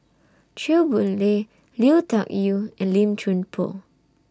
Chew Boon Lay Lui Tuck Yew and Lim Chuan Poh